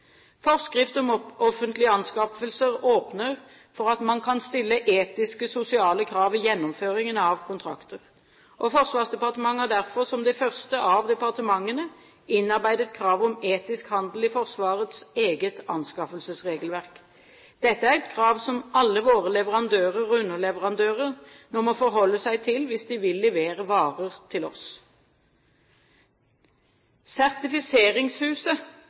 Forskrift om offentlige anskaffelser åpner for at man kan stille etiske og sosiale krav i gjennomføringen av kontrakter. Forsvarsdepartementet har derfor som det første av departementene innarbeidet krav om etisk handel i Forsvarets eget anskaffelsesregelverk. Dette er et krav som alle våre leverandører og underleverandører nå må forholde seg til hvis de vil levere varer til oss.